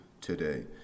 today